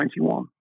2021